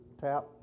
tap